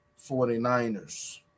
49ers